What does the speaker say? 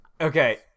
Okay